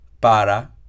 para